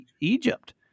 Egypt